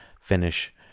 finish